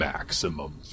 Maximum